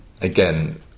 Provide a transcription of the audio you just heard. again